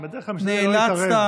בדרך כלל אני משתדל לא להתערב.